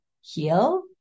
heal